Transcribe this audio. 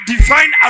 divine